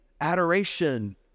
adoration